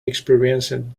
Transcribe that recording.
experiencing